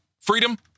freedom